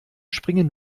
springen